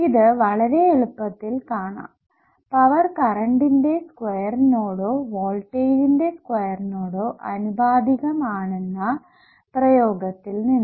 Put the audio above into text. ഇത് വളരെ എളുപ്പത്തിൽ കാണാം പവർ കറണ്ടിന്റെ സ്ക്വയറിനോടോ വോൾട്ടേജിജിന്റെ സ്ക്വയറിനോടോ ആനുപാതികം ആണെന്ന പദപ്രയോഗത്തിൽ നിന്ന്